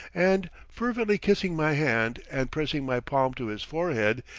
and, fervently kissing my hand and pressing my palm to his forehead,